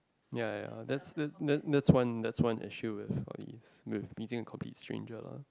ya ya that's that's that's that's one that's one issue with all these with meeting a complete stranger lah